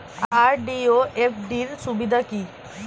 RD ও FD র সুবিধা কি?